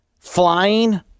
Flying